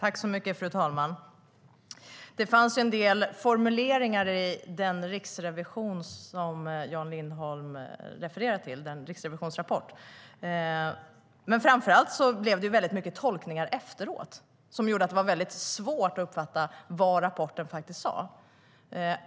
Fru talman! Det fanns en del formuleringar att beakta i den riksrevisionsrapport som Jan Lindholm refererar till, men framför allt blev det mycket tolkningar efteråt som gjorde att det var svårt att uppfatta vad rapporten faktiskt sa.